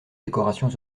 décorations